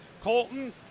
Colton